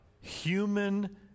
human